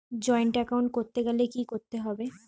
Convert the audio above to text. Joint account করতে গেলে কি করতে হবে?